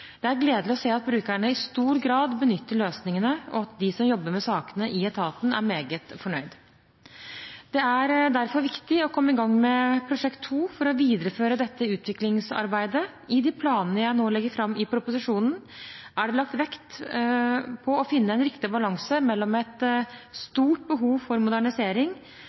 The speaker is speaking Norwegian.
Det er gledelig å se at brukerne i stor grad benytter løsningene, og at de som jobber med sakene i etaten, er meget fornøyd. Det er derfor viktig å komme i gang med Prosjekt 2 for å videreføre dette utviklingsarbeidet. I de planene jeg nå legger fram i proposisjonen, er det lagt vekt på å finne en riktig balanse mellom et stort behov for modernisering,